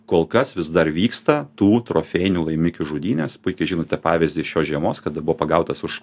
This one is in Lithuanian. kol kas vis dar vyksta tų trofėjinių laimikių žudynės puikiai žinote pavyzdį šios žiemos kada buvo pagautas už